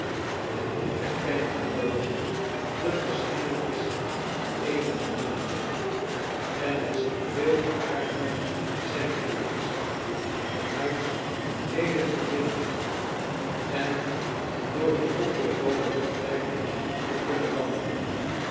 het moet erkend worden de geschiedenis eenigermate en het zou veel aardiger zijn geweest het huis ledig te vinden en door de onbewoonde vertrekken te kunnen wandelen